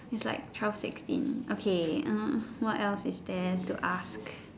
is like twelve sixteen okay err what else is there to ask